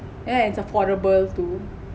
then affordable too